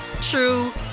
true